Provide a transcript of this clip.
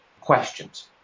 questions